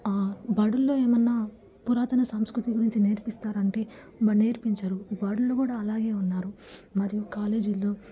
బడుల్లో ఏమన్న పురాతన సంస్కృతి గురించి నేర్పిస్తారా అంటే నేర్పించరు బడిలో కూడా అలాగే ఉన్నారు మరియు కాలేజీలో